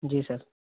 جی سر